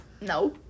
No